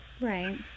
Right